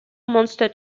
monster